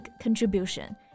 contribution